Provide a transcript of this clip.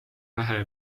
pähe